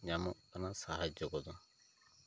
ᱧᱟᱢᱚᱜ ᱠᱟᱱᱟ ᱥᱟᱦᱟᱡᱚ ᱠᱚ ᱫᱚ